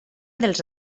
dels